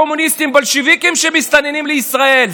קומוניסטים בולשביקים שמסתננים לישראל?